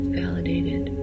validated